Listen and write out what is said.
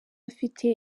afite